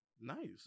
Nice